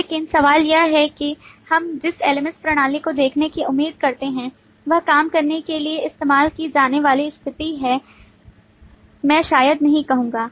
लेकिन सवाल यह है कि हम जिस LMS प्रणाली को देखने की उम्मीद करते हैं वह काम करने के लिए इस्तेमाल की जाने वाली स्थिति है मैं शायद नहीं कहूंगा